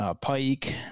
pike